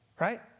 Right